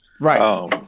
Right